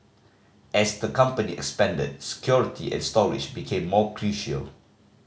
as the company expanded security and storage became more crucial